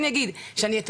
היום אני משיקה את השדולה,